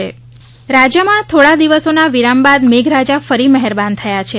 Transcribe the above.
વરસાદ રાજકોટ રાજયમાં થોડા દિવસોના વિરામ બાદ મેઘરાજા ફરી મહેરબાન થયા છે